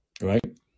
right